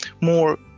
more